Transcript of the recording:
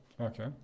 Okay